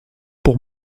pour